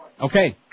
Okay